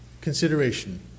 consideration